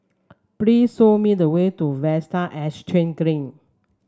please show me the way to Vista Exhange Green